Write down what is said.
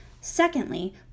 Secondly